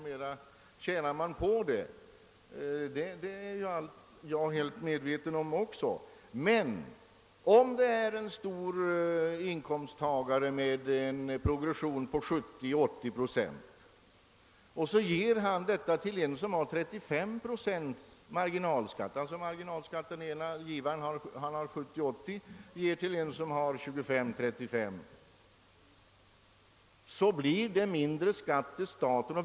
Det är jag också helt medveten om. Om det gäller en stor inkomsttagare, för vilken progressionen är 70 å 80 procent, och han ger till en som har 25 å 35 procents marginalskatt, alltså givarens marginalskatt är 70 å 80 procent och mottagarens 25 å 35 procent, så blir det mindre skatt till staten.